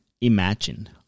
imagine